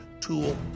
tool